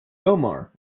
omar